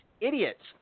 idiots